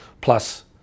plus